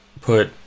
put